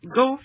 go